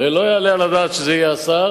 הרי לא יעלה על הדעת שזה יהיה השר